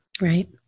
Right